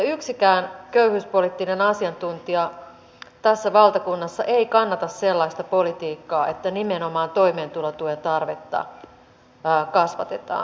yksikään köyhyyspoliittinen asiantuntija tässä valtakunnassa ei kannata sellaista politiikkaa että nimenomaan toimeentulotuen tarvetta kasvatetaan